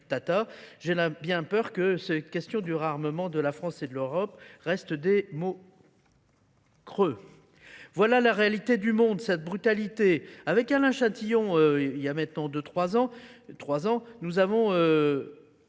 j'ai bien peur que ces questions du réarmement de la France et de l'Europe restent des mots. Voilà la réalité du monde, cette brutalité. Avec Alain Chantillon, il y a maintenant 3 ans, nous avons